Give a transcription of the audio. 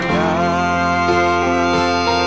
now